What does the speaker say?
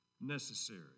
necessary